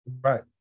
Right